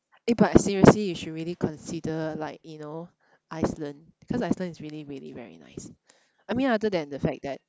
eh but seriously you should really consider like you know Iceland because Iceland is really really very nice I mean other than the fact that